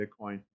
Bitcoin